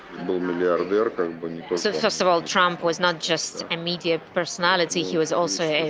um and of yeah so so so of all, trump was not just a media personality, he was also a